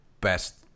best